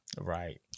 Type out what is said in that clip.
Right